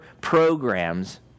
programs